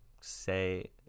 say